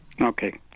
Okay